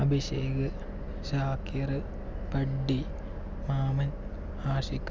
Abhishek Shakir buddy മാമൻ ആഷിഖ്